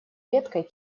веткой